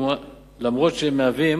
אף-על-פי שהם מהווים